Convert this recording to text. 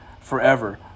forever